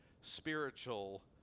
spiritual